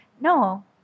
No